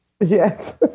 yes